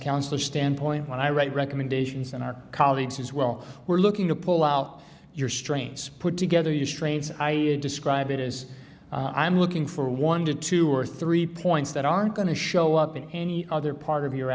counsel standpoint when i write recommendations and our colleagues as well we're looking to pull out your strengths put together your strains i describe it as i'm looking for one to two or three points that aren't going to show up in any other part of your